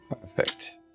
perfect